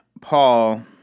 Paul